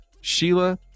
Sheila